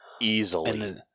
Easily